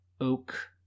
Oak